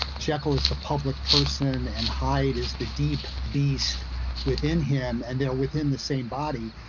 jekyll is the public person and hyde is the deep beast within him and then within the same body.